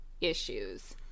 issues